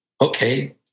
okay